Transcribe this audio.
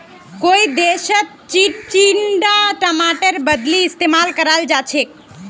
कई देशत चिचिण्डा टमाटरेर बदली इस्तेमाल कराल जाछेक